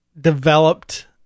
developed